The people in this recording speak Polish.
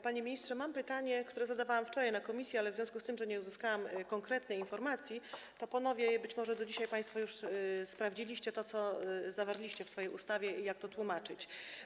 Panie ministrze, mam pytanie, które zadawałam wczoraj w komisji, ale w związku z tym, że nie uzyskałam konkretnej informacji, ponowię je, bo być może do dzisiaj państwo już sprawdziliście, co zawarliście w swojej ustawie i jak to tłumaczyć.